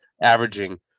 averaging